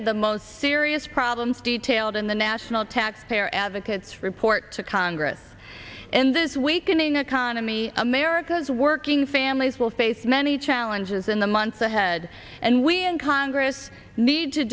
of the most serious problems detailed in the national taxpayer advocates report to congress and this weakening economy america's working families will face many challenges in the months ahead and we in congress need to